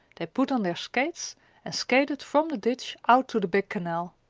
they put on their skates and skated from the ditch out to the big canal.